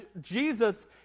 Jesus